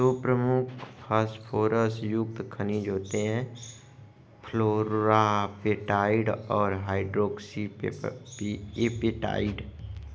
दो प्रमुख फॉस्फोरस युक्त खनिज होते हैं, फ्लोरापेटाइट और हाइड्रोक्सी एपेटाइट